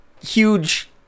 huge